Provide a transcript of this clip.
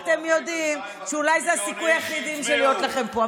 אתם יודעים שאולי זה הסיכוי היחיד שלכם להיות פה.